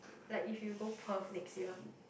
like if you go Perth next year